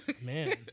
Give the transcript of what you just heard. Man